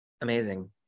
Amazing